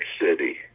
City